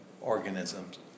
organisms